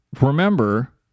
remember